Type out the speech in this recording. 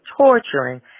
torturing